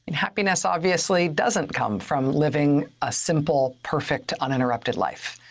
and happiness obviously doesn't come from living a simple, perfect, uninterrupted life.